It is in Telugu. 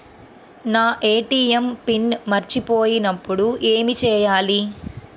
నా ఏ.టీ.ఎం పిన్ మర్చిపోయినప్పుడు ఏమి చేయాలి?